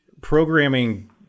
programming